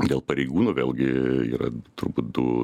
dėl pareigūnų vėlgi yra turbūt du